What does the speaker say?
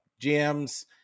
GMs